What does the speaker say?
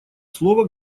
слово